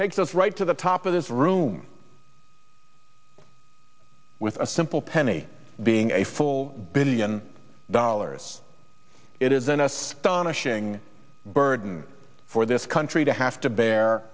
takes us right to the top of this room with a simple penny being a full billion dollars it is an astonishing burden for this country to have to bear